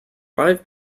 five